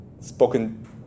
spoken